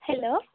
hello